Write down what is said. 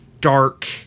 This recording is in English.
dark